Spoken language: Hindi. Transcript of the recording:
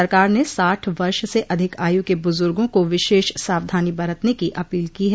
सरकार ने साठ वर्ष से अधिक आयु के बुजुर्गो को विशेष सावधानी बरतने की अपील की है